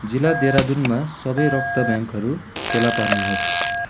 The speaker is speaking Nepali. जिल्ला देहरादुनमा सबै रक्त ब्याङ्कहरू फेला पार्नु होस्